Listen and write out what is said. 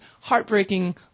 heartbreaking